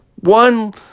one